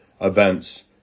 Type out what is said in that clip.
events